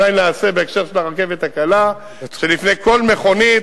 אולי נעשה בהקשר של הרכבת הקלה שלפני כל מכונית